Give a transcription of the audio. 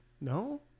no